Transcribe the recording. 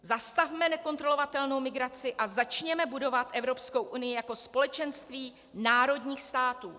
Zastavme nekontrolovatelnou migraci a začněme budovat Evropskou unii jako společenství národních států.